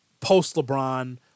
Post-LeBron